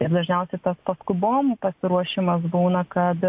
ir dažniausia tas paskubom pasiruošimas būna kad